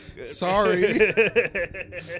Sorry